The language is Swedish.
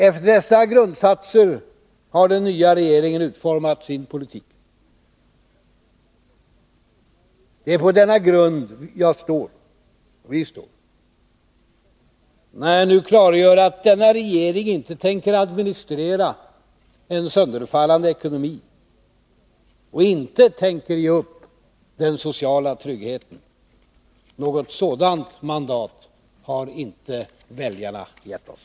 Efter dessa grundsatser har den nya regeringen utformat sin politik. Det är på denna grund vi står när jag nu klargör att denna regering inte tänker administrera en sönderfallande ekonomi och inte tänker ge upp den sociala tryggheten. Något sådant mandat har inte väljarna givit oss.